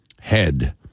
head